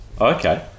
okay